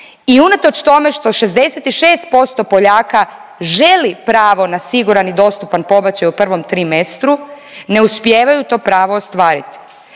i unatoč tome što 66% Poljaka želi pravo na siguran i dostupan pobačaj u prvom trimestru, ne uspijevaju to pravo ostvarit.